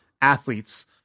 athletes